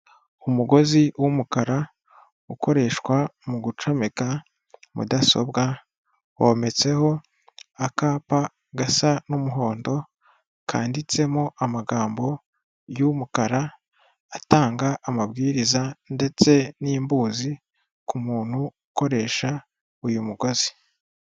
Umugozi w'umukara ukoreshwa mu gucomeka mudasobwa, wometseho akapa gasa n'umuhondo, kanditsemo amagambo y'umukara atanga amabwiriza ndetse n'imbuzi, ku muntu ukoresha uyu mugozi.